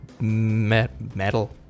metal